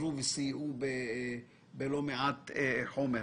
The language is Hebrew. - שעזרו וסייעו בלא מעט חומר.